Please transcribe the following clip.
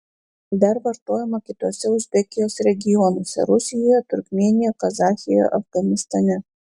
dar vartojama kituose uzbekijos regionuose rusijoje turkmėnijoje kazachijoje afganistane